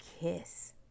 kiss